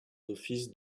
offices